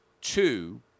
two